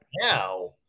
now